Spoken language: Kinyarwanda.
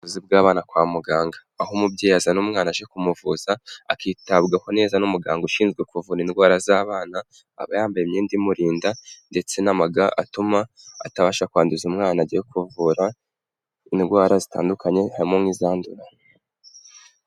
Ubuvuzi bw'bana kwa muganga, aho umubyeyi azana umwana aje kumuvuza akitabwaho neza n'umuganga ushinzwe kuvura indwara z'abana, aba yambaye imyenda imurinda ndetse n'amaga, atuma atabasha kwanduza umwana agiye kuvura indwara zitandukanye, harimo n'izandura.